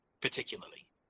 particularly